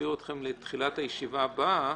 לתחילת הישיבה הבאה,